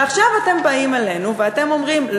ועכשיו אתם באים אלינו ואתם אומרים,